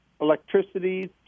electricity